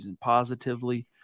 positively